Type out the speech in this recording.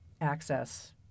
access